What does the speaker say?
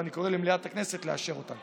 ואני קורא למליאת הכנסת לאשר אותן.